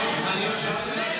חושב שאני עושה,